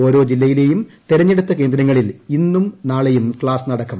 ഓരോ ജില്ലയിലെയും തിരഞ്ഞെടുത്ത കേന്ദ്രത്തിൽ ഇന്നു നാളെയും ക്ലാസ് നടക്കും